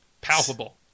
palpable